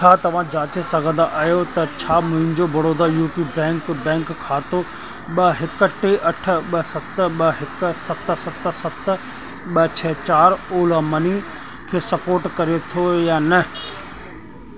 छा तव्हां जाचे सघंदा आहियो त छा मुंहिंजो Baroda U P bank bank खातो ॿ हिकु टे अठ ॿ सत ॿ हिकु सत सत सत ॿ छह चार ओला मनी खे सपोर्ट करे थो या न